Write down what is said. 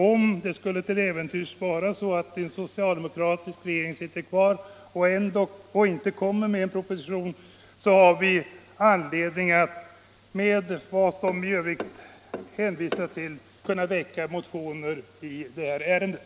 Om den socialdemokratiska regeringen sitter kvar och denna inte lägger fram en proposition har vi möjlighet — med anledning av det som i övrigt hänvisats till under debatten - väcka motioner i det här ärendet.